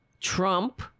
Trump